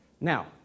Now